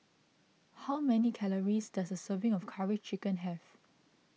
how many calories does a serving of Curry Chicken have